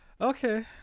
okay